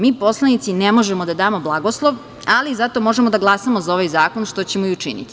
Mi, poslanici, ne možemo da damo blagoslov, ali zato možemo da glasamo za ovaj zakon, što ćemo i učiniti.